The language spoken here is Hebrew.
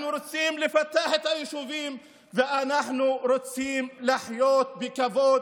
אנחנו רוצים לפתח את היישובים ואנחנו רוצים לחיות בכבוד